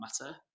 matter